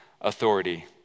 authority